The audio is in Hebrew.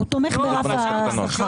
הוא תומך ברף השכר.